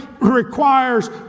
requires